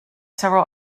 several